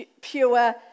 pure